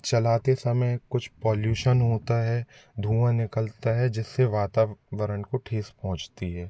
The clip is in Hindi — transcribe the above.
चलाते समय कुछ पॉल्यूशन होता है धुँआ निकलता है जिससे वातावरण को ठेस पहुँचती है